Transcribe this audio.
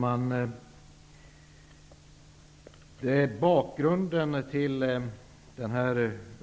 Herr talman!